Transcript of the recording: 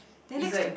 then next to